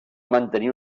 mantenir